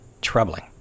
Troubling